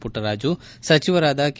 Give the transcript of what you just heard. ಪುಟ್ಟರಾಜು ಸಚಿವರಾದ ಕೆ